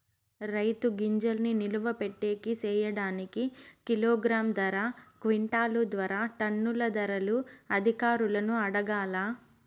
రైతుల గింజల్ని నిలువ పెట్టేకి సేయడానికి కిలోగ్రామ్ ధర, క్వింటాలు ధర, టన్నుల ధరలు అధికారులను అడగాలా?